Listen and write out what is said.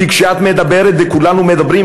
כי כשאת מדברת וכולנו מדברים,